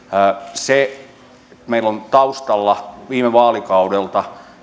meillä on taustalla viime vaalikaudelta